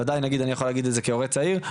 ודאי אני יכול להגיד את זה כהורה צעיר,